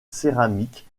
céramique